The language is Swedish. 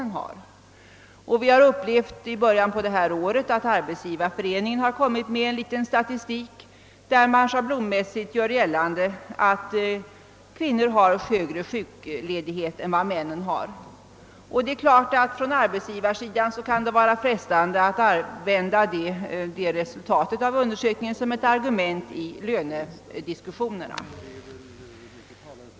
Vi har i början av detta år upplevt att Svenska <arbetsgivareföreningen har presenterat en liten statistik, där man schablonmässigt har gjort gällande att kvinnor har högre sjukledighet än män. Det är klart att det från arbetsgivarsidan kan vara frestande att använda det resultatet av undersökningen som ett argument i lönediskussioner.